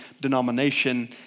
denomination